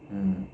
mm